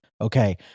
okay